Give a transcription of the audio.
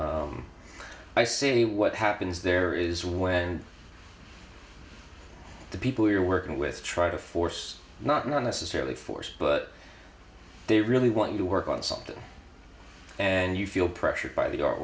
i say what happens there is when the people you're working with try to force not necessarily force but they really want you to work on something and you feel pressured by the art